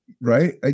Right